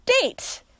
date